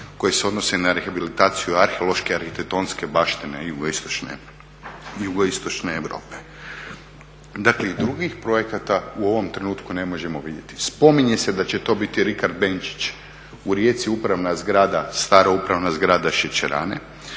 koji se odnosi na rehabilitaciju arheološke, arhitektonske baštine jugoistočne Europe. Dakle i drugih projekata u ovom trenutku ne možemo vidjeti. Spominje se da će to biti Rikard Benčić u Rijeci, upravna zgrada, stara upravna zgrada šećerana.